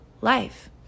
life